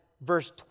verse